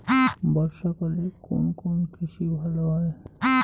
বর্ষা কালে কোন কোন কৃষি ভালো হয়?